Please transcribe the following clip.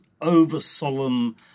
over-solemn